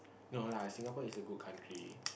no lah Singapore is a good country